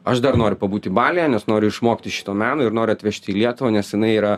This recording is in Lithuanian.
aš dar noriu pabūti balyje nes noriu išmokti šito meno ir noriu atvežti į lietuvą nes jinai yra